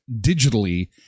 digitally